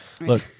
Look